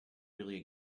really